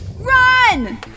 Run